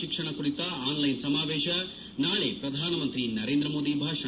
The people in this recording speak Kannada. ಶಿಕ್ಷಣ ಕುರಿತ ಆನ್ಲೈನ್ ಸಮಾವೇಶ ನಾಳಿ ಪ್ರಧಾನಮಂತ್ರಿ ನರೇಂದ್ರ ಮೋದಿ ಭಾಷಣ